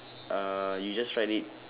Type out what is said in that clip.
uh you just write it